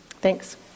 thanks